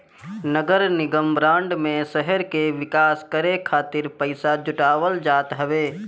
नगरनिगम बांड में शहर के विकास करे खातिर पईसा जुटावल जात हवे